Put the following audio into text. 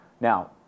Now